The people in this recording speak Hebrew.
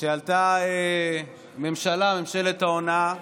כשעלתה ממשלה, ממשלת ההונאה,